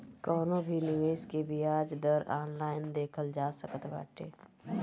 कवनो भी निवेश के बियाज दर ऑनलाइन देखल जा सकत बाटे